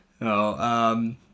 No